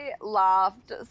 laughed